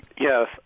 Yes